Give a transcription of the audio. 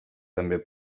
també